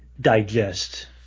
digest